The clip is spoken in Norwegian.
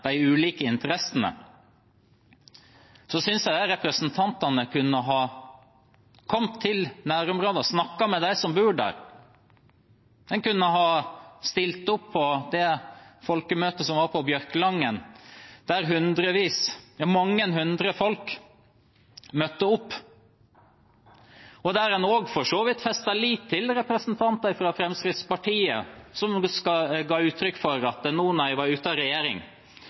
de ulike interessene, synes jeg disse representantene kunne ha kommet til nærområdet og snakket med dem som bor der. En kunne ha stilt opp på det folkemøtet som var på Bjørkelangen, der hundrevis av folk møtte opp, og der en for så vidt også festet lit til representantene fra Fremskrittspartiet, som ga uttrykk for at når de nå var ute av regjering,